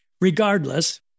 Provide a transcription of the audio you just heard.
Regardless